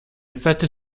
effetti